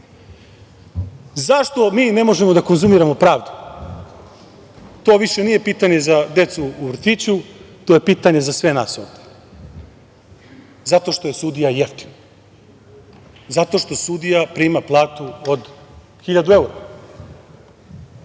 mi ne možemo da konzumiramo pravdu? To više nije pitanje za decu u vrtiću, to je pitanje za sve nas ovde. Zato što je sudija jeftin. Zato što sudija prima platu od hiljadu evra.